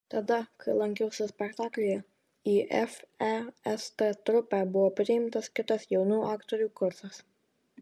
tada kai lankiausi spektaklyje į fest trupę buvo priimtas kitas jaunų aktorių kursas